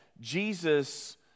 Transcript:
Jesus